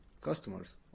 customers